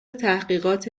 تحقیقات